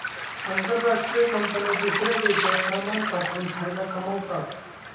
आंतरराष्ट्रीय कंपन्या दूसऱ्या देशात सामान पाठवून फायदा कमावतात